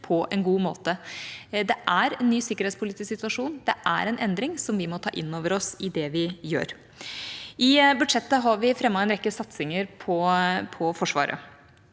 på en god måte. Det er en ny sikkerhetspolitisk situasjon, det er en endring, som vi må ta inn over oss i det vi gjør. I budsjettet har vi fremmet en rekke satsinger på Forsvaret.